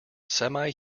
semi